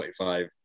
25